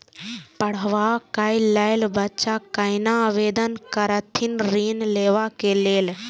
पढ़वा कै लैल बच्चा कैना आवेदन करथिन ऋण लेवा के लेल?